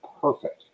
perfect